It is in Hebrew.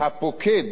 הפוקד